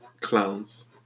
clowns